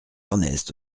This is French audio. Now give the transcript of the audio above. ernest